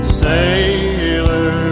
sailor